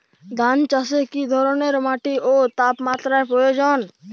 ধান চাষে কী ধরনের মাটি ও তাপমাত্রার প্রয়োজন?